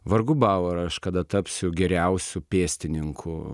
vargu bau ar aš kada tapsiu geriausiu pėstininku